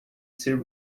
ser